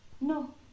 No